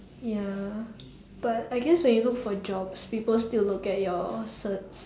ya but I guess when you look for jobs people still look at your certs